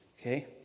Okay